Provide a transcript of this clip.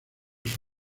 sus